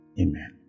Amen